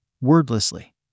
Wordlessly